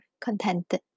contented